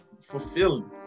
fulfilling